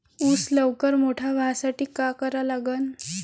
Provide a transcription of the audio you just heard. ऊस लवकर मोठा व्हासाठी का करा लागन?